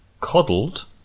coddled